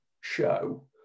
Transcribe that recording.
show